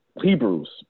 Hebrews